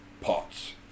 pots